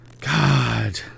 God